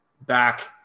back